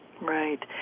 Right